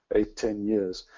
eight, ten years.